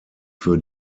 für